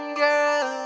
girl